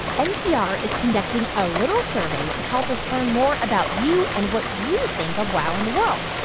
npr is conducting a little survey to help us learn more about you and what you think of wow in the world.